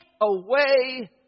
away